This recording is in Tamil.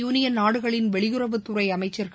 யூனியன் நாடுகளின் வெளியுறவுத்துறைஅமைச்சர்கள்